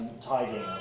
tidying